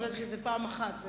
חשבתי שזה פעם אחת.